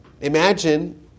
imagine